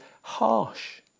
harsh